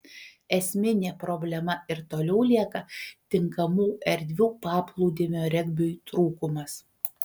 esminė problema ir toliau lieka tinkamų erdvių paplūdimio regbiui trūkumas